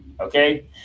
Okay